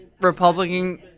Republican